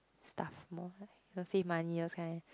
stuff more you know save money those kind